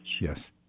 Yes